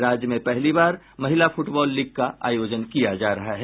राज्य में पहली बार महिला फुटबॉल लीग का आयोजन किया जा रहा है